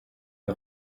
une